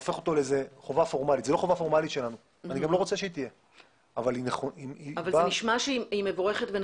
השלכות של התקלות האלו על זרימת הגז ועל המזהמים שנפלטו